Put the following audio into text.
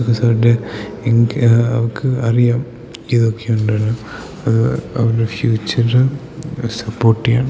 അതുകൊണ്ട് എനിക്ക് അവർക്ക് അറിയാം ഇതൊക്കെയുണ്ടെന്ന് അവരുടെ ഫ്യൂച്ചറ് സപ്പോർട്ട് ചെയ്യാൻ